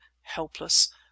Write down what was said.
helpless